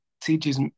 teaches